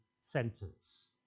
sentence